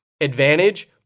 Advantage